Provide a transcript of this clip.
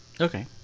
Okay